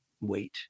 wait